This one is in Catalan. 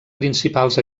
principals